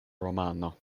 romano